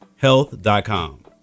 health.com